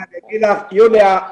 יוליה,